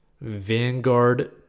Vanguard